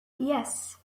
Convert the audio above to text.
yes